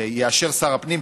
שיאשר שר הפנים.